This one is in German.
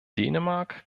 dänemark